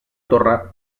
torre